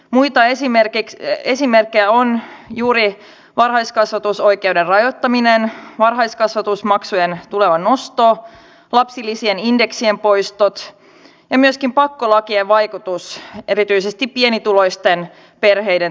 muita esimerkkejä ovat juuri varhaiskasvatusoikeuden rajoittaminen varhaiskasvatusmaksujen tuleva nosto lapsilisien indeksien poistot ja myöskin pakkolakien vaikutus erityisesti pienituloisten perheiden toimeentuloon